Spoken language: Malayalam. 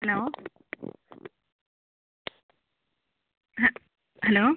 ഹലോ ഹ ഹലോ